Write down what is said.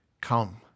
Come